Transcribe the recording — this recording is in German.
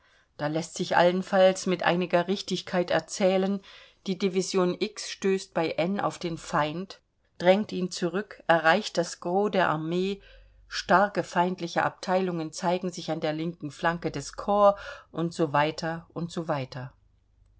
da läßt sich allenfalls mit einiger richtigkeit erzählen die division x stößt bei n auf den feind drängt ihn zurück erreicht das gros der armee starke feindliche abteilungen zeigen sich an der linken flanke des korps u s w u s w